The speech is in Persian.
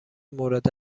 مورد